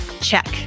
Check